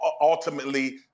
ultimately